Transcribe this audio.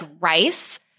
rice